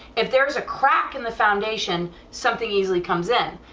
if there's a crack in the foundation, something easily comes in,